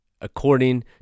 according